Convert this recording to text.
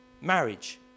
marriage